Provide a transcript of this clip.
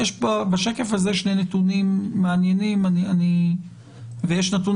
יש בשקף הזה שני נתונים מעניינים ויש נתון